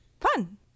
Fun